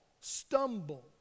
stumble